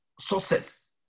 success